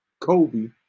Kobe